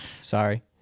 Sorry